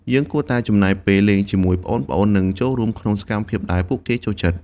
យើងគួរតែចំណាយពេលលេងជាមួយប្អូនៗ និងចូលរួមក្នុងសកម្មភាពដែលពួកគេចូលចិត្ត។